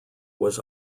was